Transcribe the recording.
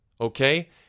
okay